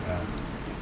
ya